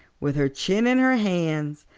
with her chin in her hands,